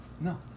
No